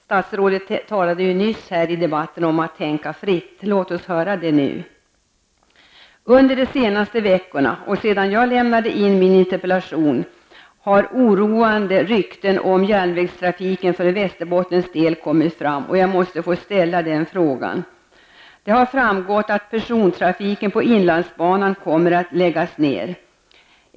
Statsrådet talade nyss i debatten om att tänka fritt, låt oss höra exempel på det nu! Under de senaste veckorna, och sedan jag lämnade in min interpellation, har oroande rykten om järnvägstrafiken för Västerbottens del kommit fram. Det har framgått att persontrafiken på inlandsbanan kommer att läggas ned.